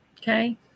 Okay